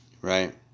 right